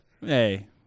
Hey